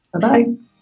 Bye-bye